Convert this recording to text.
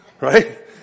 Right